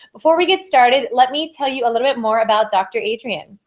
before we get started, let me tell you a little bit more about dr. adrienne.